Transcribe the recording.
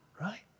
right